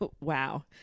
Wow